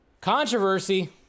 Controversy